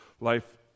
life